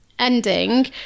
ending